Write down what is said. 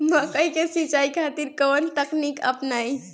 मकई के सिंचाई खातिर कवन तकनीक अपनाई?